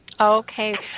Okay